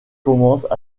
commencent